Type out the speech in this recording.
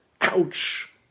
Ouch